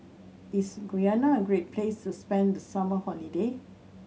is Guyana a great place to spend the summer holiday